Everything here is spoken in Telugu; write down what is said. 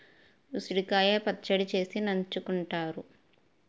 ఉసిరికాయ పచ్చడి చేసి నంచుకుంతారు